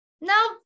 no